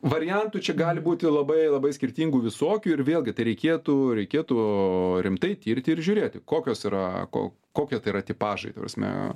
variantų čia gali būti labai labai skirtingų visokių ir vėlgi tai reikėtų reikėtų rimtai tirti ir žiūrėti kokios yra ko kokie tai yra tipažai ta prasme